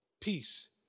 peace